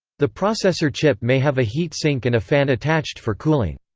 the processor chip may have a heat sink and a fan attached for cooling.